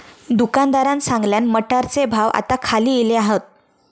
दुकानदारान सांगल्यान, मटारचे भाव आता खाली इले हात